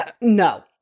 No